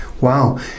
Wow